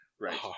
right